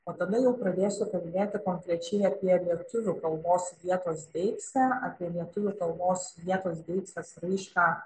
o tada jau pradėsiu kalbėti konkrečiai apie lietuvių kalbos vietos deiksę apie lietuvių kalbos vietos deiksės raišką